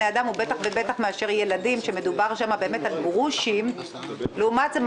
אני מדבר דווקא לראשי הערים, אתם